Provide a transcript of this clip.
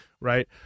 right